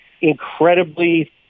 incredibly